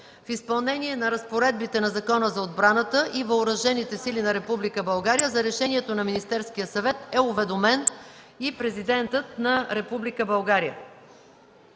В изпълнение на разпоредбите на Закона за отбраната и въоръжените сили на Република България за решението на Министерския съвет е уведомен и президентът на